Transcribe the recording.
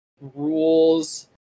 rules